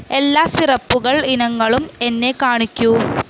എല്ലാ സിറപ്പുകൾ ഇനങ്ങളും എന്നെ കാണിക്കൂ